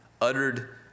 uttered